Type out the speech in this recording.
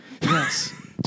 Yes